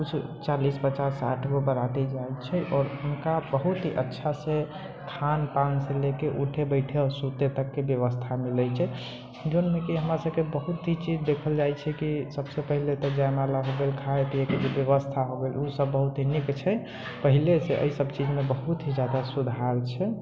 किछु चालीस पचास साठिगो बाराती जाइत छै आओर हुनका बहुत ही अच्छा से खान पान से लेके उठे बैठे आओर सुतै तकके व्यवस्था मिलैत छै जौनमे की हमरासबकेँ बहुत ही चीज देखल जाइत छै की सबसँ पहिले तऽ जयमाला हो गेल खाए पिएके जे व्यवस्था हो गेल ओ सब बहुत ही नीक छै पहिले से एहि सब चीजमे बहुत ही जादा सुधार छै